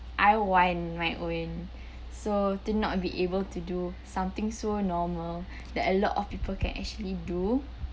I want my own so to not be able to do something so normal that a lot of people can actually do